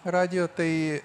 radijo tai